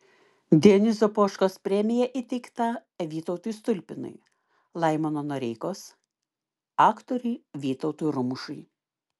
dionizo poškos premija įteikta vytautui stulpinui laimono noreikos aktoriui vytautui rumšui